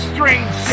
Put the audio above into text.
Strange